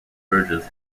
burgess